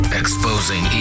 exposing